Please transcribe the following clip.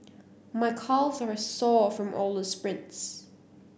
my calves are sore from all the sprints